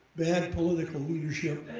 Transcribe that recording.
bad political leadership,